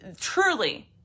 truly